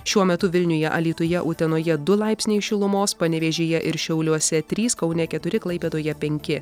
šiuo metu vilniuje alytuje utenoje du laipsniai šilumos panevėžyje ir šiauliuose trys kaune keturi klaipėdoje penki